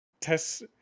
Test